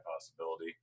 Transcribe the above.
possibility